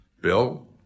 Bill